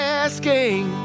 asking